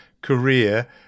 career